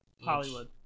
hollywood